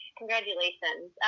congratulations